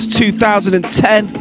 2010